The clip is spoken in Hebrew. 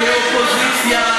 של "צוק איתן" אפילו כאופוזיציה,